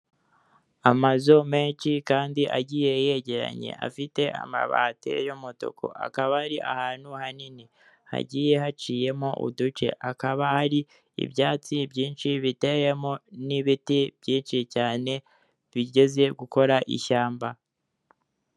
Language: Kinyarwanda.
Amazu menshi kandi agiye yegeranye. Afite amabati y'umutuku. Akaba ri ahantu hanini, hagiye haciyemo uduce; hakaba hateyemo ibyatsi biteyemo n'ibiti byinshi cyane bigeze gukora ishyamba.